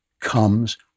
comes